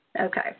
Okay